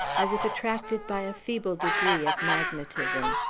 as if attracted by a feeble degree of magnetism.